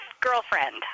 girlfriend